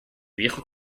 viejo